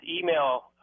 email